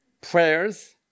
prayers